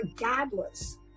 regardless